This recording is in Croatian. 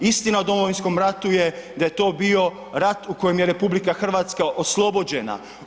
Istina o Domovinskom ratu je da je to bio rat u kojem je RH oslobođena.